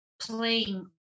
playing